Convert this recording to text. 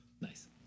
Nice